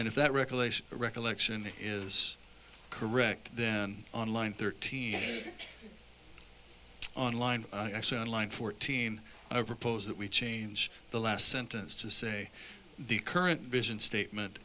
and if that regulation recollection is correct then on line thirteen on line i saw in line fourteen i propose that we change the last sentence to say the current vision statement